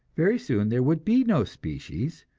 very soon there would be no species,